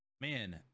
Man